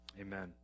Amen